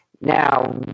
now